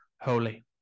holy